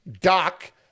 Doc